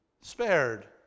spared